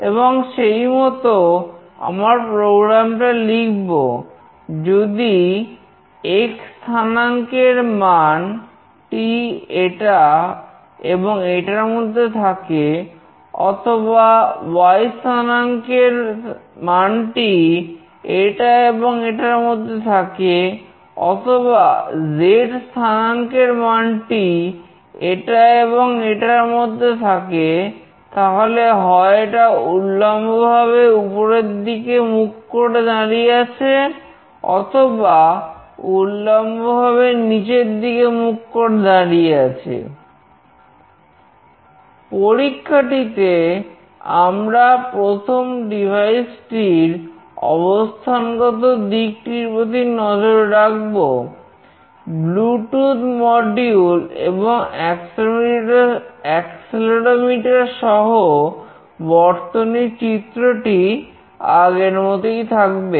এবং সেইমতো আমার প্রোগ্রাম সহ বর্তনীর চিত্রটি আগের মতই থাকবে